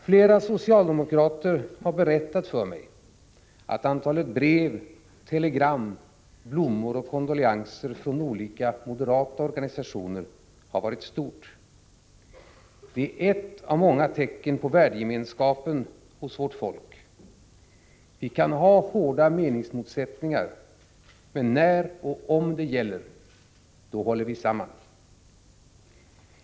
Flera socialdemokrater har berättat för mig att antalet brev, telegram, blommor och kondoleanser från olika moderata organisationer har varit stort. Det är ett av många tecken på värdegemenskapen hos vårt folk. Vi kan ha hårda meningsmotsättningar. Men när och om det gäller, då håller vi samman.